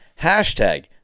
hashtag